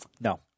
No